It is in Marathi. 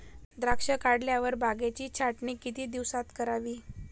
द्राक्षे काढल्यावर बागेची छाटणी किती दिवसात करावी?